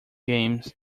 games